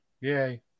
Yay